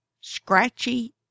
Scratchy